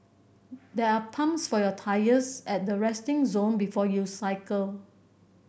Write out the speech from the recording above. there are pumps for your tyres at the resting zone before you cycle